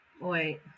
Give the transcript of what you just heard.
Wait